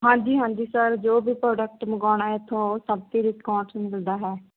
ਹਾਂਜੀ ਹਾਂਜੀ ਸਰ ਜੋ ਵੀ ਪ੍ਰੋਡਕਟ ਮੰਗਾਉਣਾ ਇਥੋਂ ਸਭ ਤੇ ਡਿਸਕਾਊਂਟ ਮਿਲਦਾ ਹੈ